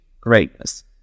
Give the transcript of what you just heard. greatness